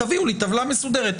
תביאו לי טבלה מסודרת.